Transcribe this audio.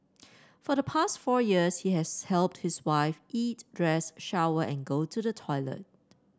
for the past four years he has helped his wife eat dress shower and go to the toilet